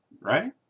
right